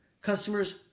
Customers